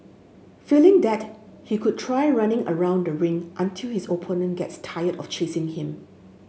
failing that he could try running around the ring until his opponent gets tired of chasing him